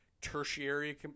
tertiary